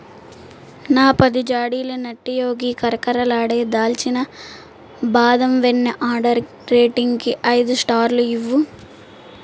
నా పది జాడీల నట్టీ యోగి కరకరలాడే దాల్చిన బాదం వెన్న ఆర్డర్ రేటింగ్కి ఐదు స్టార్లు ఇవ్వుము